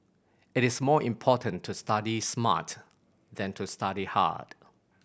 it is more important to study smart than to study hard